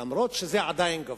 אף שהיא עדיין גבוהה.